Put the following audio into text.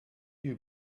you